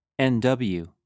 NW